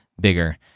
bigger